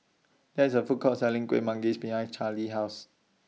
There IS A Food Court Selling Kueh Manggis behind Carlie's House